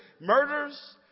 Murders